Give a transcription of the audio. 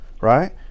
right